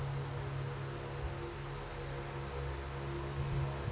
ನಾ ಇಡೋ ರೊಕ್ಕಕ್ ಎಷ್ಟ ಬಡ್ಡಿ ಸಿಕ್ತೈತ್ರಿ?